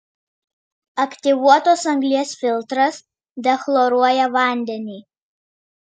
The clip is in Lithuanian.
aktyvuotos anglies filtras dechloruoja vandenį